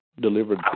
delivered